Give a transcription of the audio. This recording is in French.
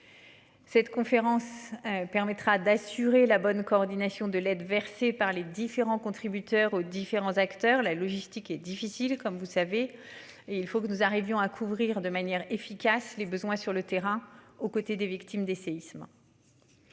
Cette conférence permettra d'assurer la bonne coordination de l'aide versée par les différents contributeurs aux différents acteurs, la logistique est difficile comme vous savez. Et il faut que nous arrivions à couvrir de manière efficace les besoins sur le terrain aux côtés des victimes des séismes.